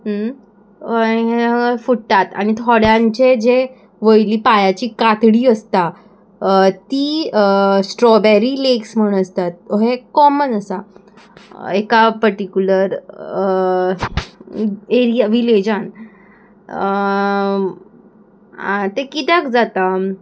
हे फुट्टात आनी थोड्यांचे जे वयली पांयाची कातडी आसता ती स्ट्रॉबॅरी लेग्स म्हण आसतात हे कॉमन आसा एका पर्टिक्युलर एरिया विलेजान तें कित्याक जाता